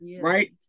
right